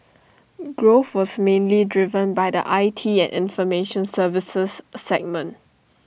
growth was mainly driven by the I T and information services segment